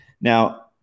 Now